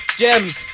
gems